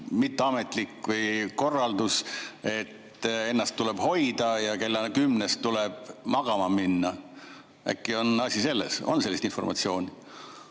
mitteametlik korraldus, et ennast tuleb hoida ja kell 10 tuleb magama minna. Äkki on asi selles? On sellist informatsiooni?